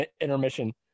intermission